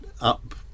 up